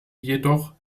jedoch